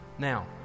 Now